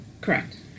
Correct